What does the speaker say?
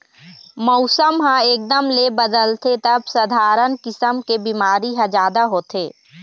मउसम ह एकदम ले बदलथे तब सधारन किसम के बिमारी ह जादा होथे